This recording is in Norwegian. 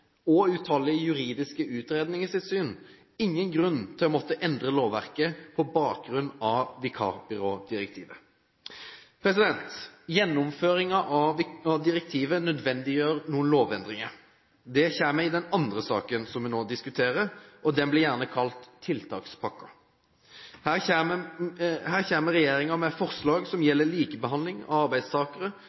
ingen grunn til å måtte endre lovverket på bakgrunn av vikarbyrådirektivet. Gjennomføringen av direktivet nødvendiggjør noen lovendringer. De kommer i den andre saken vi nå diskuterer, og den blir gjerne kalt tiltakspakken. Her kommer regjeringen med forslag som gjelder likebehandling av arbeidstakere